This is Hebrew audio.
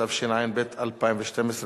התשע"ב 2012,